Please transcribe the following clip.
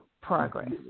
progress